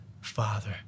Father